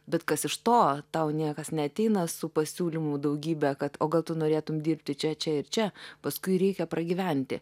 bet kas iš to tau niekas neateina su pasiūlymu daugybe kad o gal tu norėtum dirbti čia čia ir čia paskui reikia pragyventi